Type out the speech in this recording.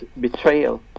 betrayal